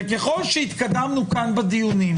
ככל שהתקדמנו בדיונים,